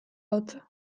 hotza